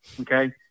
Okay